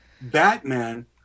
Batman